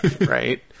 right